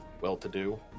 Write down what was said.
well-to-do